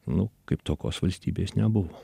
nu kaip tokios valstybės nebuvo